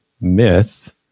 myth